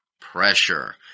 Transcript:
pressure